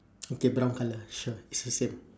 okay brown colour sure is the same